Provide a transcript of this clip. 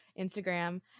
instagram